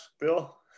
Bill